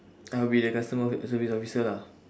I'll be the customer of~ service officer lah